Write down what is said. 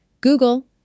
Google